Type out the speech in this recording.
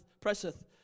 presseth